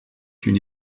une